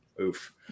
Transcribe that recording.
Oof